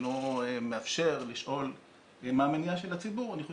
אינו מאפשר לשאול מה המניע של הציבור אני חושב